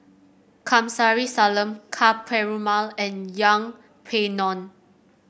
Kamsari Salam Ka Perumal and Yeng Pway Ngon